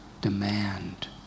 demand